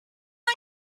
out